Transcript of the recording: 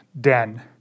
den